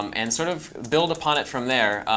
um and sort of build upon it from there.